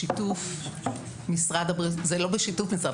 בשיתוף משרד הבריאות זה לא בשיתוף משרד הבריאות,